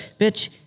bitch